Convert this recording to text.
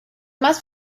más